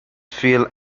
feel